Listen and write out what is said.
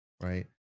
right